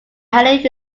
highly